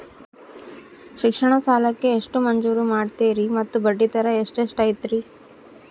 ಶಿಕ್ಷಣ ಸಾಲಕ್ಕೆ ಎಷ್ಟು ಮಂಜೂರು ಮಾಡ್ತೇರಿ ಮತ್ತು ಬಡ್ಡಿದರ ಎಷ್ಟಿರ್ತೈತೆ?